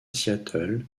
seattle